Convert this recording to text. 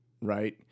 Right